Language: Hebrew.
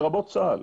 לרבות צה"ל,